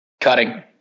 Cutting